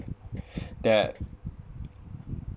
that